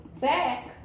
back